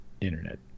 internet